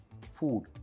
food